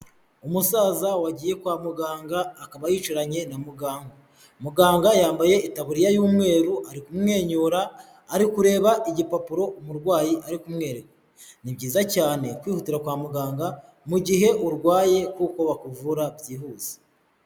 Umusaza wagiye kwa muganga akaba yicaranye na muganga, muganga yambaye itabuririya y'umweru ari kumwenyura ari kureba igipapuro umurwayi ari kumwe kumwereka, ni byiza cyane kwihutira kwa muganga mu gihe urwaye kuko bakuvura byihuta.